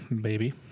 baby